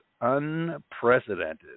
unprecedented